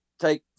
take